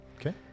Okay